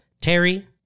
Terry